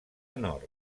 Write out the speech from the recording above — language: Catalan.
nord